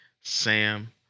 Sam